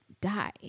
die